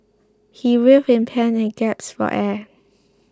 he writhed in pain and gasped for air